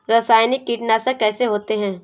रासायनिक कीटनाशक कैसे होते हैं?